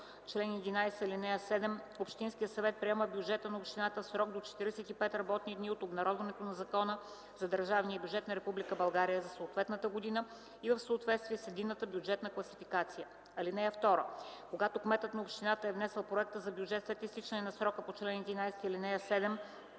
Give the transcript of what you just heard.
чл. 11, ал. 7, общинския съвет приема бюджета на общината в срок до 45 работни дни от обнародването на Закона за държавния бюджет на Република България за съответната година и в съответствие с единната бюджетна класификация. (2) Когато кметът на общината е внесъл проекта за бюджет след изтичане на срока по чл. 11, ал. 7,